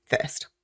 first